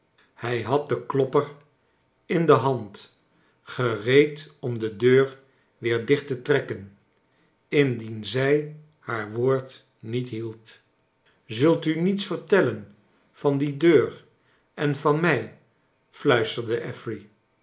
hij had den klopper in de hand gereed om de deur weer dicht te trekken indien zij haar woord niet hield zult u niets vertellen van die deur en van mij fluisterde affery